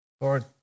Lord